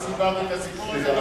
סיפרתי את הסיפור הזה,